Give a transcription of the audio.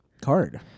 card